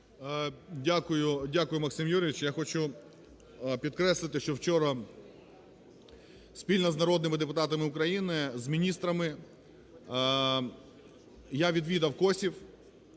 Дякую, Максим Юрійович. Я хочу підкреслити, що вчора спільно з народними депутатами України, з міністрами я відвідав Косів,